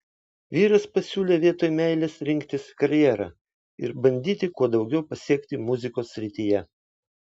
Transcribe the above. vyras pasiūlė vietoj meilės rinktis karjerą ir bandyti kuo daugiau pasiekti muzikos srityje